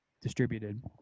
distributed